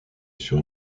sur